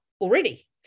already